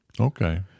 Okay